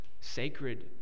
sacred